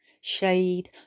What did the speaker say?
shade